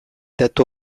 datu